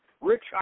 rich